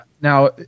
now